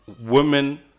women